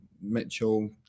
Mitchell